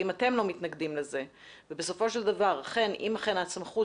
ואם אתם לא מתנגדים לזה ובסופו של דבר אם אכן הסמכות